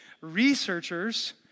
researchers